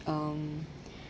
um